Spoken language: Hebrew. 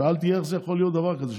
שאלתי: איך יכול להיות דבר כזה,